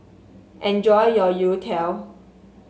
enjoy your youtiao